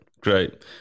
great